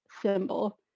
symbol